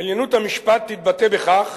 "עליונות המשפט תתבטא בכך